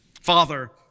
Father